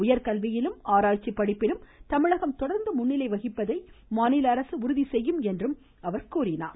உயர்கல்வியிலும் ஆராய்ச்சி படிப்பிலும் தமிழகம் தொடர்ந்து முன்னிலை வகிப்பதை அரசு உறுதி செய்யும் என்றார்